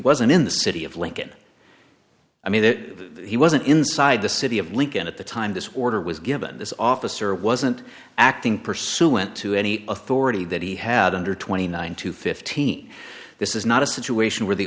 wasn't in the city of lincoln i mean that he wasn't inside the city of lincoln at the time this order was given this officer wasn't acting pursuant to any authority that he had under twenty nine to fifteen this is not a situation where the